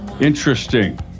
Interesting